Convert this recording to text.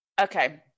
Okay